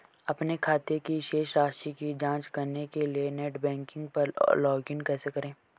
अपने खाते की शेष राशि की जांच करने के लिए नेट बैंकिंग पर लॉगइन कैसे करें?